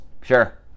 sure